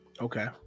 okay